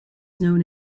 known